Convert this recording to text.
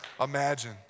imagine